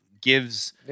Gives